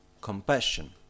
compassion